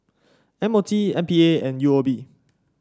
M O T M P A and U O B